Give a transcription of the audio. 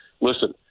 listen